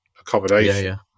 accommodation